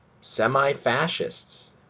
semi-fascists